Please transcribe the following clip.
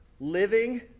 Living